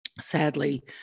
sadly